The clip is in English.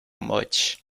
much